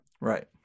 Right